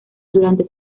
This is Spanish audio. durante